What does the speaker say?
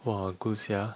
!wah! good sia